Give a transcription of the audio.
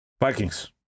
Vikings